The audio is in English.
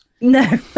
No